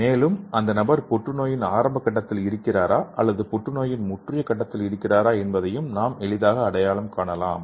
மேலும் அந்த நபர் புற்றுநோயின் ஆரம்ப கட்டத்தில் இருக்கிறாரா அல்லது புற்றுநோயின் முற்றிய கட்டத்தில் இருக்கிறாரா என்பதையும் நாம் எளிதாக அடையாளம் காணலாம்